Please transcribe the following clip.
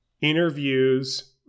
interviews